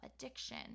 addiction